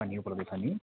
अनि उपलब्ध छ नि